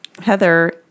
Heather